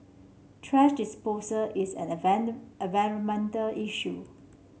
thrash disposal is an environmental issue